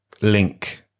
link